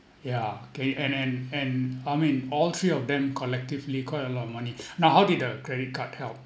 yeah kay and and and I mean all three of them collectively quite a lot of money now how did the credit card help